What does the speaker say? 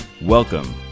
Welcome